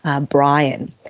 Brian